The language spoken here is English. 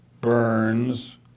Burns